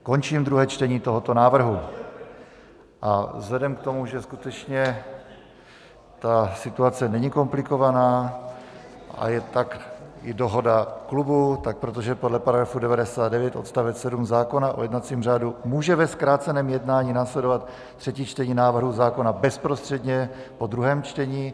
Končím druhé čtení tohoto návrhu a vzhledem k tomu, že skutečně ta situace není komplikovaná a je ta i dohoda klubu, tak podle § 99 odst. 7 zákona o jednacím řádu může ve zkráceném jednání následovat třetí čtení návrhu zákona bezprostředně po druhém čtení.